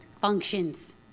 functions